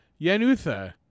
Yanutha